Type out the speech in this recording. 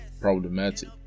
problematic